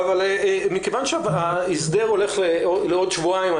מכיוון שההסדר הולך בעוד שבועיים,